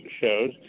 shows